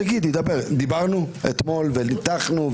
רקדן עקום אומר שהרצפה עקומה.